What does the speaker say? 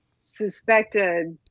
suspected